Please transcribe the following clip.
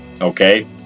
okay